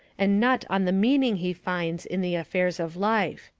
and not on the meaning he finds in the affairs of life.